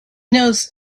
knows